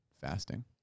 fasting